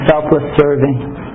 selfless-serving